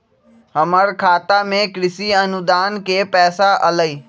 हमर खाता में कृषि अनुदान के पैसा अलई?